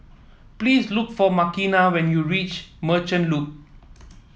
please look for Makena when you reach Merchant Loop